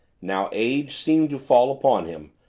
now age seemed to fall upon him,